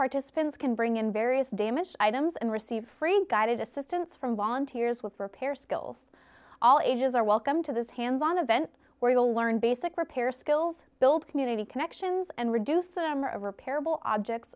participants can bring in various damaged items and receive free guided assistance from volunteers with repair skills all ages are welcome to this hands on event where you will learn basic repair skills build community connections and reduce the number of repairable objects